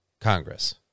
Congress